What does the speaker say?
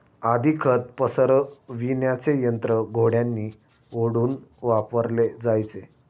आधी खत पसरविण्याचे यंत्र घोड्यांनी ओढून वापरले जायचे